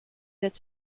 that